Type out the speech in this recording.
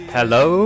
Hello